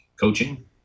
coaching